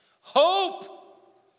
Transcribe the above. hope